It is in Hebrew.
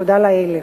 תודה לאל.